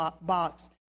box